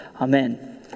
Amen